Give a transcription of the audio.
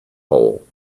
hole